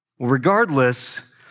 Regardless